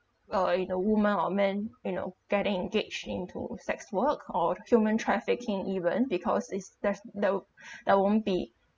uh uh you know women or men you know getting engaged into sex work or human trafficking even because is there's no there won't be